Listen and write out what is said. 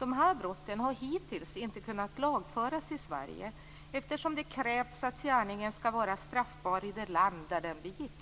Dessa brott har hittills inte kunnat lagföras i Sverige, eftersom det krävts att gärningen skall vara straffbar i det land där den begicks,